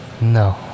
No